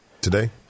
Today